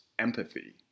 empathy